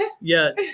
Yes